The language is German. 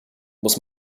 muss